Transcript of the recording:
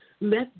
let